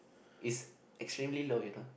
is extremely low you know